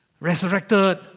resurrected